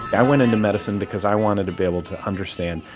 i went into medicine because i wanted to be able to understand,